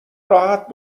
راحت